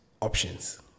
options